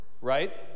Right